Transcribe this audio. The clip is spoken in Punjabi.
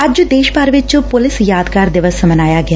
ਅੱਜ ਦੇਸ਼ ਭਰ ਵਿਚ ਪੁਲਿਸ ਯਾਦਗਾਰ ਦਿਵਸ ਮਨਾਇਆ ਗਿਆ